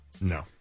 No